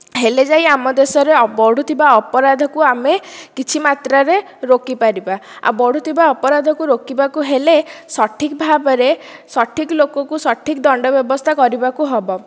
ହେଲେ ଯାଇ ଆମ ଦେଶରେ ବଢ଼ୁଥିବା ଅପରାଧକୁ ଆମେ କିଛି ମାତ୍ରାରେ ରୋକି ପାରିବା ଆଉ ବଢ଼ୁଥିବା ଅପରାଧକୁ ରୋକିବାକୁ ହେଲେ ସଠିକ ଭାବରେ ସଠିକ ଲୋକକୁ ସଠିକ ଦଣ୍ଡ ବ୍ୟବସ୍ଥା କରିବାକୁ ହେବ